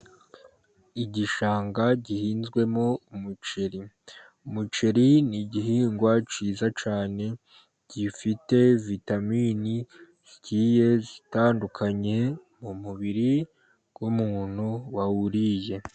Igishanga gihinzwemo umuceri ,umuceri ni igihingwa cyiza cyane ,gifite vitamini zigiye zitandukanye mu mubiri w'umuntu wawuriye.